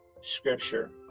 scripture